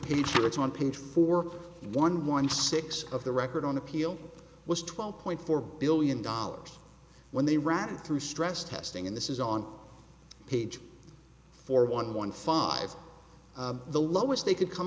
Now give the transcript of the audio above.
patriots on page four one one six of the record on appeal was twelve point four billion dollars when they ran through stress testing in this is on page four one one five the lowest they could come